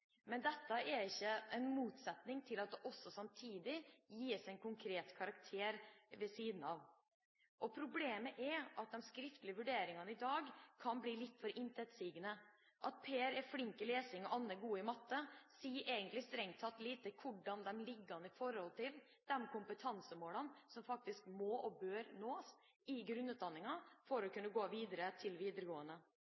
men dette står ikke i motsetning til at det samtidig gis en konkret karakter ved siden av. Problemet er at de skriftlige vurderingene i dag kan bli litt for intetsigende. At Per er flink i lesing og Anne god i matte, sier strengt tatt lite om hvordan de ligger an i forhold til de kompetansemålene som faktisk må og bør nås i grunnutdanninga for å